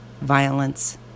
violence